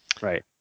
Right